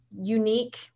unique